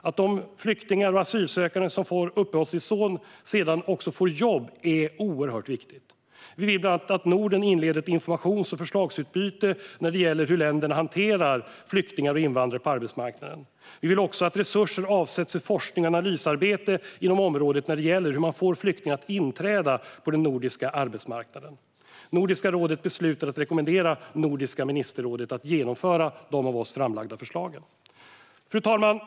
Att de flyktingar och asylsökande som får uppehållstillstånd sedan också får jobb är oerhört viktigt. Vi vill bland annat att Norden inleder ett informations och förslagsutbyte när det gäller hur länderna hanterar flyktingar och invandrare på arbetsmarknaden. Vi vill också att resurser avsätts för forskning och analysarbete inom området om hur man får flyktingar att inträda på den nordiska arbetsmarknaden. Nordiska rådet beslutade att rekommendera Nordiska ministerrådet att genomföra de av oss framlagda förslagen. Fru talman!